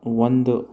ಒಂದು